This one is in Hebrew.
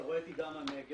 אתה רואה את עידן הנגב.